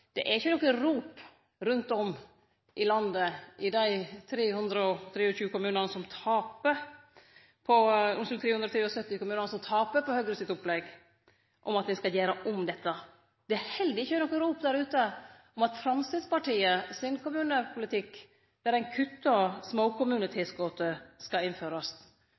er det ikkje noko rop rundt om i landet i dei 373 kommunane som taper på Høgre sitt opplegg, om at dei skal gjere om dette. Det er heller ikkje noko rop der ute om at Framstegspartiet sin kommunepolitikk skal innførast – der ein